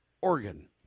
Oregon